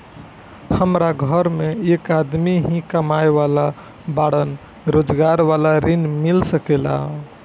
हमरा घर में एक आदमी ही कमाए वाला बाड़न रोजगार वाला ऋण मिल सके ला?